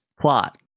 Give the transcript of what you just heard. Plot